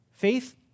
Faith